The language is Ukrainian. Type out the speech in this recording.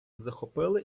захопили